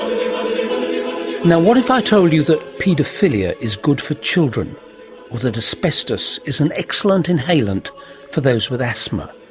um you know what if i told you that paedophilia is good for children, or that asbestos is an excellent inhalant for those with asthma?